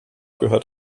gehört